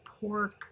pork